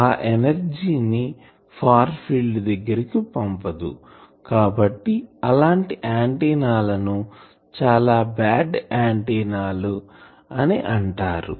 ఆ ఎనర్జీ ని far field దగ్గరికి పంపదు కాబట్టి అలాంటి ఆంటిన్నా లను చాలా బ్యాడ్ ఆంటిన్నా అని అంటారు